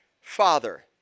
Father